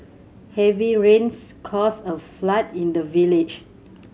heavy rains caused a flood in the village